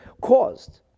caused